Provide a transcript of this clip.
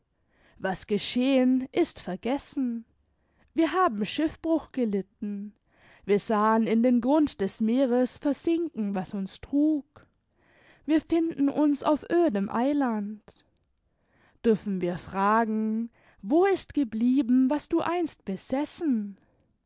was geschehen ist vergessen wir haben schiffbruch gelitten wir sahen in den grund des meeres versinken was uns trug wir finden uns auf ödem eiland dürfen wir fragen wo ist geblieben was du einst besessen